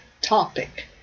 topic